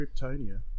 Kryptonia